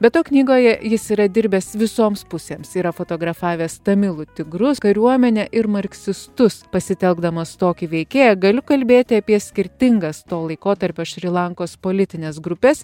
be to knygoje jis yra dirbęs visoms pusėms yra fotografavęs tamilų tigrus kariuomenę ir marksistus pasitelkdamas tokį veikėją galiu kalbėti apie skirtingas to laikotarpio šri lankos politines grupes